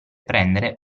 prendere